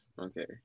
Okay